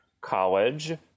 college